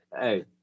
hey